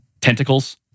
tentacles